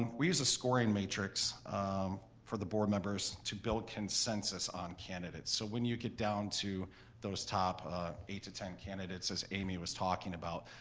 and we use a scoring matrix for the board members to build consensus on candidates, so when you get down to those top eight to ten candidates, as amy was talking about,